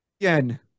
Again